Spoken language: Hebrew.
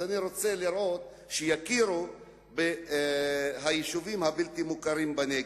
אז אני רוצה לראות שיכירו ביישובים הבלתי-מוכרים בנגב,